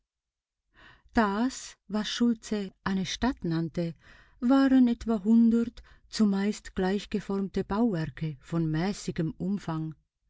das was schultze eine stadt nannte waren etwa hundert zumeist gleich geformte bauwerke von mäßigem umfang